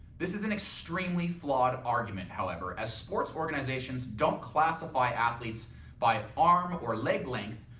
this is an extremely flawed argument however as sports organizations don't classify athletes by arm or leg length,